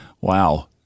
wow